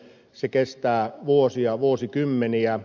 se kestää vuosia vuosikymmeniä